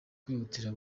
kwihutira